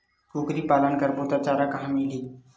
कुकरी पालन करबो त चारा कहां मिलही?